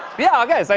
yeah, okay. so,